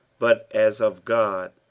but as of god,